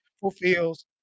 fulfills